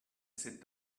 sit